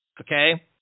Okay